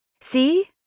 See